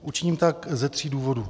Učiním tak ze tří důvodů.